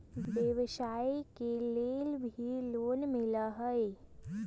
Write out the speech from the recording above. व्यवसाय के लेल भी लोन मिलहई?